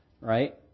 right